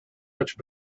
much